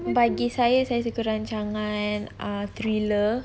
bagi saya saya suka rancangan uh thriller